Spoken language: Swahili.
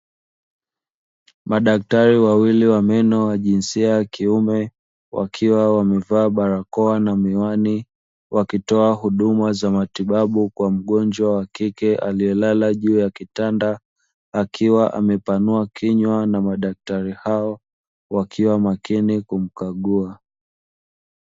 Madaktari wawili wa meno wa jinsia ya kiume, wakiwa wamevaa barakoa na miwani, wakitoa huduma za matibabu kwa mgonjwa wa kike aliyelala juu ya kitanda, akiwa amepanua kinywa, na madaktari hao wakiwa makini kumkagua.